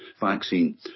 vaccine